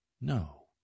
No